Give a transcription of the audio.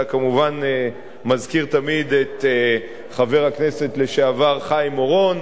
אתה כמובן מזכיר תמיד את חבר הכנסת לשעבר חיים אורון,